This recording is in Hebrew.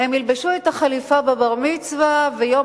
הם ילבשו את החליפה בבר-המצווה ויום